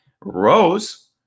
rose